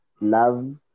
love